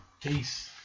peace